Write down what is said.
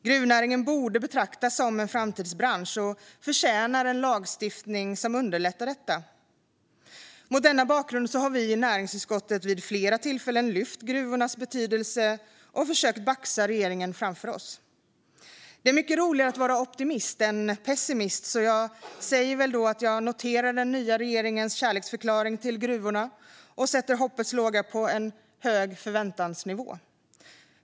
Gruvnäringen borde betraktas som en framtidsbransch och förtjänar en lagstiftning som underlättar detta. Mot denna bakgrund har vi i näringsutskottet vid flera tillfällen lyft gruvornas betydelse och försökt baxa regeringen framför oss. Det är mycket roligare att vara optimist än att vara pessimist, så jag noterar den nya regeringens kärleksförklaring till gruvorna och sätter hoppets låga på en hög förväntansnivå.